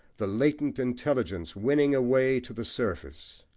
the latent intelligence winning a way to the surface.